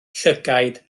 llygaid